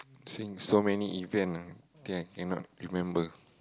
seeing so many event ah I think I cannot remember